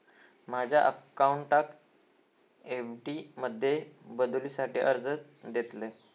माझ्या अकाउंटाक एफ.डी मध्ये बदलुसाठी अर्ज देतलय